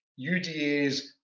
udas